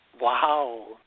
wow